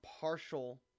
partial